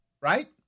right